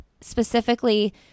specifically